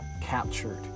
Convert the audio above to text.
captured